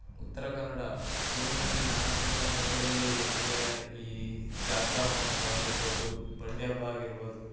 ಉತ್ತರ ಕನ್ನಡ ಊರಿನಲ್ಲಿ ನಾನಾ ಥರಗಳ ಹಬ್ಬದಲ್ಲಿ ಏನೆಂದರೆ ಈ ಜಾತ್ರಾ ಮಹೋತ್ಸವ ಆಗಿರ್ಬೋದು ಬಂಡಿ ಹಬ್ಬ ಆಗಿರ್ಬೋದು